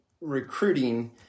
recruiting